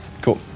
Cool